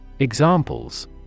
Examples